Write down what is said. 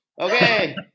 Okay